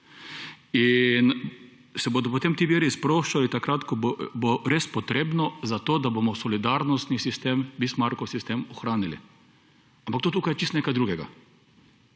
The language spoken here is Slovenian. in se bodo potem ti viri sproščali takrat, ko bo res potrebno za to, da bomo solidarnostni sistem, Bismarckov sistem ohranili. Ampak to je tukaj čisto nekaj drugega.